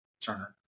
Turner